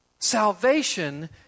Salvation